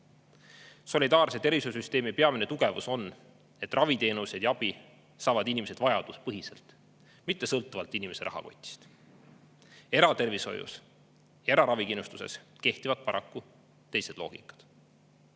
Solidaarse tervishoiusüsteemi peamine tugevus on, et raviteenuseid ja abi saavad inimesed vajaduspõhiselt, mitte sõltuvalt inimese rahakotist. Eratervishoius, eraravikindlustuses kehtivad paraku teised loogikad.